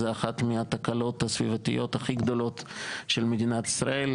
זו אחת מהתקלות הסביבתיות הכי גדולות של מדינת ישראל.